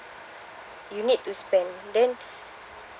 you need to spend then